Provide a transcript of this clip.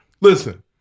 Listen